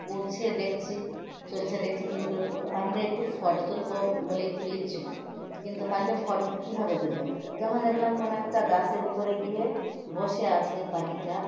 উঠছে দেখছি চলছে দেখছি কিন্তু পাখিটা একটু ফটো তুলব বলে একটু ইচ্ছুক কিন্তু পাখিটা ফটো কীভাবে তুলবো যখন দেখলাম কোনো একটা গাছের উপরে গিয়ে বসে আছে পাখিটা